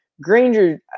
Granger